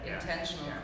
intentional